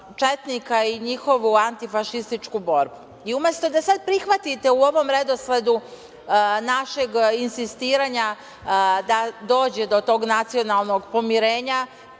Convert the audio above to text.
i njihovu antifašističku borbu i, umesto da sada prihvatite u ovom redosledu našeg insistiranja da dođe do tog nacionalnog pomirenja